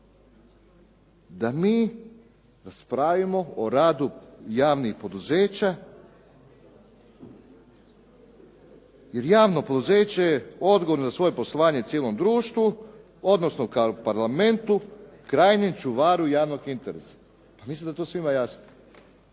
da mi raspravimo o radu javnih poduzeća jer javno poduzeće je odgovorno za svoje poslovanje cijelom društvu, odnosno kao Parlamentu krajnjem čuvaru javnog interesa. Pa mislim da je to svima jasno.